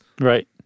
Right